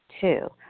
Two